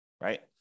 right